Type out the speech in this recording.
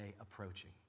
approaching